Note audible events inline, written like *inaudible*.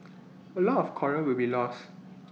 *noise* A lot of Coral will be lost